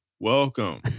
Welcome